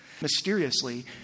mysteriously